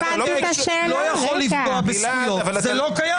אתה לא יכול לפגוע בזכויות, זה לא קיים.